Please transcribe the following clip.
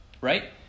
Right